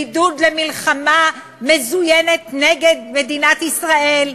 בעידוד למלחמה מזוינת נגד מדינת ישראל?